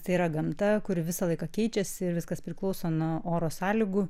tai yra gamta kuri visą laiką keičiasi ir viskas priklauso nuo oro sąlygų